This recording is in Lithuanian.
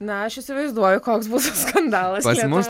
na aš įsivaizduoju koks bus skandalas lietuvoje